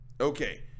Okay